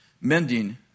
mending